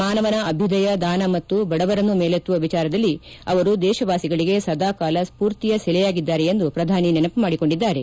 ಮಾನವನ ಅಭ್ಯದಯ ದಾನ ಮತ್ತು ಬಡವರನ್ನು ಮೇಲೆತ್ತುವ ವಿಚಾರದಲ್ಲಿ ಅವರು ದೇಶವಾಸಿಗಳಿಗೆ ಸದಾಕಾಲ ಸ್ಫೂರ್ತಿಯ ಸೆಲೆಯಾಗಿದ್ದಾರೆ ಎಂದು ಪ್ರಧಾನಿ ನೆನಮ ಮಾಡಿಕೊಂಡಿದ್ದಾರೆ